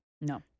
No